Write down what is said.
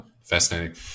fascinating